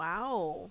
¡Wow